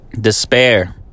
despair